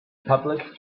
public